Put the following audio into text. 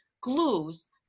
glues